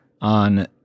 on